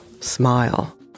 smile